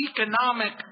economic